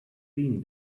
been